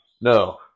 No